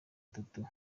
itatu